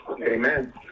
Amen